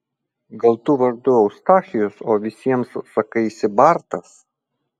gal tu vardu eustachijus o visiems sakaisi bartas